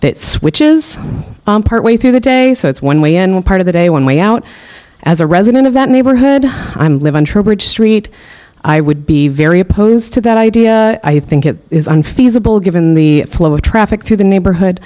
that switches part way through the day so it's one way in one part of the day one way out as a resident of that neighborhood i'm live on trowbridge street i would be very opposed to that idea i think it is unfeasible given the flow of traffic through the neighborhood